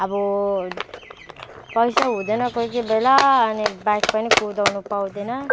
अब पैसा हुँदैन कोही कोही बेला अनि बाइक पनि कुदाउनु पाउँदैन